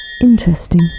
interesting